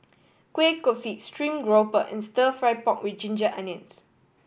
kueh kosui stream grouper and Stir Fry pork with ginger onions